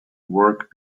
work